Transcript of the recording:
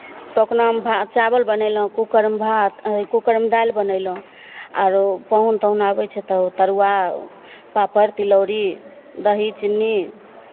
टोकनामे भा चावल बनयलहुँ कूकरमे भात कूकरमे दालि बनयलहुँ आरो पाहुन ताहुन आबै छै तऽ तरुआ पापड़ तिलौरी दही चीनी